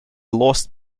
lost